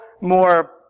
more